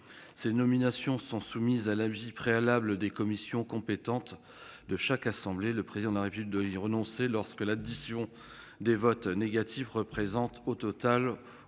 Ces nominations sont soumises à l'avis préalable des commissions compétentes de chaque assemblée. Le Président de la République doit y renoncer lorsque l'addition des votes négatifs représente, au total,